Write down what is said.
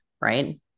right